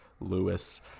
Lewis